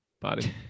body